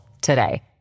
today